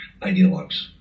ideologues